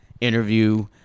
interview